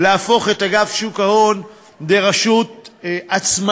להפוך את אגף שוק ההון לרשות עצמאית,